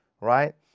right